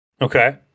Okay